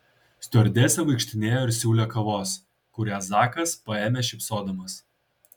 stiuardesė vaikštinėjo ir siūlė kavos kurią zakas paėmė šypsodamas